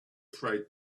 freight